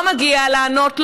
לא מגיע לענות,